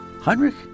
Heinrich